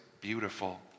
beautiful